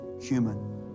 human